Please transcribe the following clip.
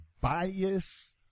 bias